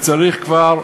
וצריך כבר,